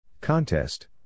Contest